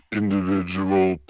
individual